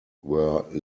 were